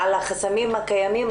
על החסמים הקיימים,